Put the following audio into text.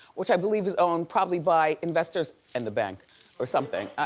which i believe is owned probably by investors and the bank or something.